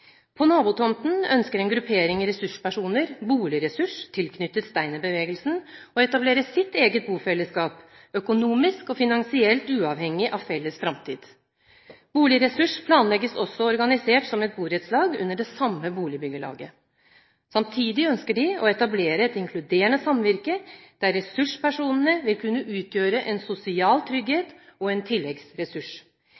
På nabotomten ønsker en gruppering ressurspersoner, Bolig Ressurs, tilknyttet steinerbevegelsen, å etablere sitt eget bofellesskap, økonomisk og finansielt uavhengig av Felles Framtid. Bolig Ressurs planlegges også organisert som et borettslag under det samme boligbyggelaget. Samtidig ønsker de å etablere et inkluderende samvirke, der ressurspersonene vil kunne utgjøre en sosial